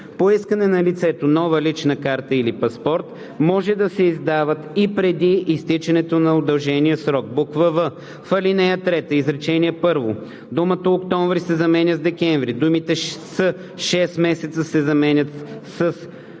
По искане на лицето нова лична карта или паспорт може да се издават и преди изтичането на удължения срок.“; в) в ал. 3, изречение първо думата „октомври“ се заменя с „декември“, думите „с 6 месеца“ се заменят със